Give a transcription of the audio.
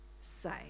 say